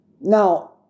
Now